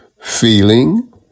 feeling